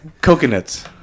Coconuts